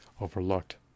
overlooked